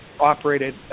operated